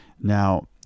Now